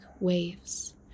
waves